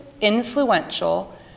influential